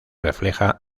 refleja